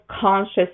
conscious